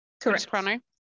Correct